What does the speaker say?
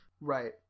Right